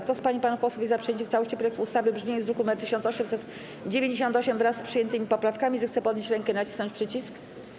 Kto z pań i panów posłów jest za przyjęciem w całości projektu ustawy w brzmieniu z druku nr 1898 wraz z przyjętymi poprawkami, zechce podnieść rękę i nacisnąć przycisk.